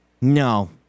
No